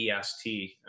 est